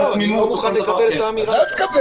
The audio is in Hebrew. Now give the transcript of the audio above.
אני לא מוכן לקבל את האמירה הזאת.